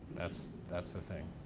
that's that's the thing.